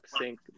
sync